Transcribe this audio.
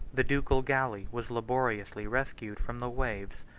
the ducal galley was laboriously rescued from the waves,